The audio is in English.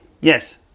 Yes